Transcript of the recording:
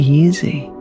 easy